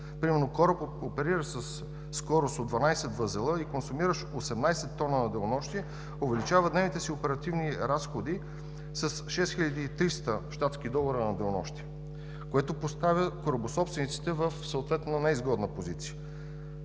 Примерно кораб, опериращ със скорост от 12 възела и консумиращ 18 тона на денонощие, увеличава дневните си оперативни разходи с 6300 щатски долара на денонощие, което поставя корабособствениците съответно в неизгодна позиция.